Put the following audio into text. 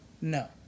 No